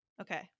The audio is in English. okay